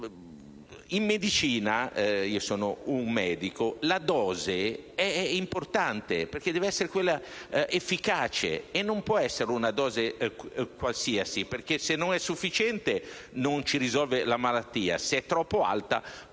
In medicina - io sono un medico - la dose è importante, perché deve essere quella efficace e non può essere una dose qualsiasi, perché se non è sufficiente non risolve la malattia, se è troppo alta può portare a danno